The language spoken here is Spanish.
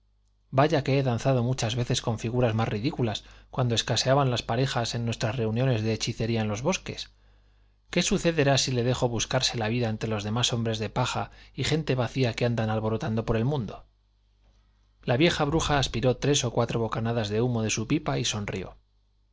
vaya que he danzado muchas veces con figuras más ridículas cuando escaseaban las parejas en nuestras reuniones de hechicería en los bosques qué sucederá si le dejo buscarse la vida entre los demás hombres de paja y gente vacía que andan alborotando por el mundo la vieja bruja aspiró tres o cuatro bocanadas de humo de su pipa y sonrió